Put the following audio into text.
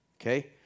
okay